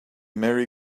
merry